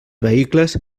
vehicles